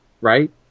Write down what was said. right